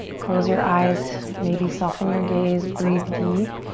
close your eyes, maybe soften your gaze. breathe deep.